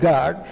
God